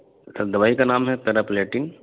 دوائی کا نام ہے کرراپلیٹنگ